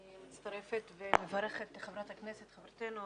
אני מצטרפת ומברכת את חברת הכנסת, חברתנו